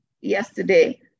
yesterday